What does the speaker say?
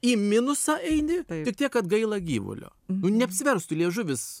į minusą eini tik tiek kad gaila gyvulio nu neapsiverstų liežuvis